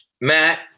Matt